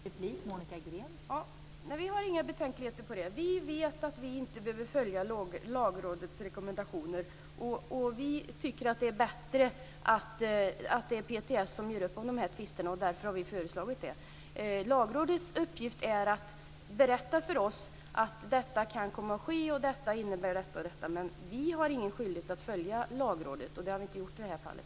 Fru talman! Nej, vi har inga betänkligheter. Vi vet att vi inte behöver följa Lagrådets rekommendationer. Vi tycker att det är bättre att PTS gör upp om tvisterna. Därför har vi föreslagit det. Lagrådets uppgift är att berätta för oss att detta kan komma att ske och att detta innebär det och det, men vi har ingen skyldighet att följa Lagrådet. Det har vi inte gjort i det här fallet.